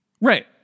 Right